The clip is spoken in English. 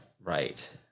Right